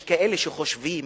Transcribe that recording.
יש כאלה שחושבים